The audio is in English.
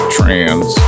Trans